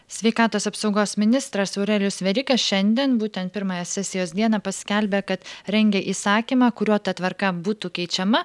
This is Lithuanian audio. sveikatos apsaugos ministras aurelijus veryga šiandien būtent pirmąją sesijos dieną paskelbė kad rengia įsakymą kuriuo ta tvarka būtų keičiama